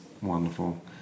wonderful